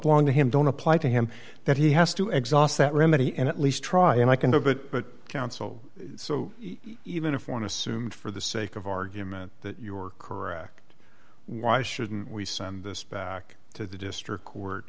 belong to him don't apply to him that he has to exhaust that remedy and at least try and i can do a bit but counsel so even if one assumes for the sake of argument that you were correct why shouldn't we send this back to the district court